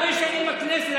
אני הרבה שנים בכנסת.